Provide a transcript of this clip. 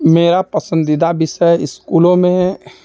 मेरा पसंदीदा विषय स्कूलों में